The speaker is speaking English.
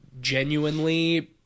genuinely